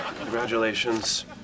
congratulations